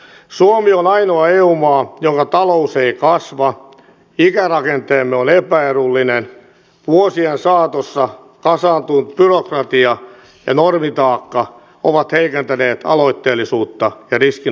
suomi on ainoa eu maa jonka talous ei kasva ikärakenteemme on epäedullinen vuosien saatossa kasaantunut byrokratia ja normitaakka ovat heikentäneet aloitteellisuutta ja riskinottohalukkuutta